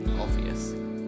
obvious